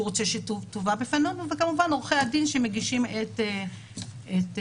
רוצה שתובא בפניו וכמובן עורכי הדין שמגישים את זה את טענותיהם.